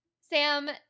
sam